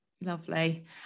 Lovely